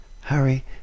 Harry